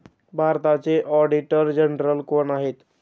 भारताचे auditor general कोण आहेत?